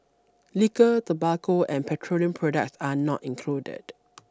liquor tobacco and petroleum products are not included